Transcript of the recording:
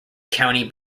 county